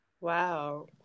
Wow